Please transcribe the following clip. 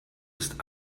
ist